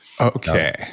Okay